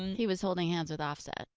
he was holding hands with off set.